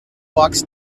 walks